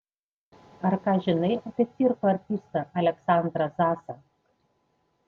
ar ką žinai apie cirko artistą aleksandrą zasą